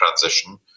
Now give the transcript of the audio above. transition